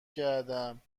کردم